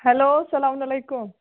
hello اسَلام علیکُم